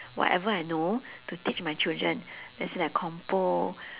whatever I know to teach my children let's say like compo